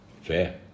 Fair